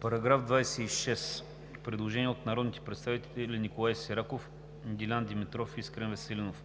По § 26 има предложение от народните представители Николай Сираков, Дилян Димитров и Искрен Веселинов.